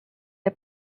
der